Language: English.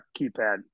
keypad